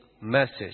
message